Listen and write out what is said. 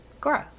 grow